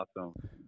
Awesome